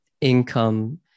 income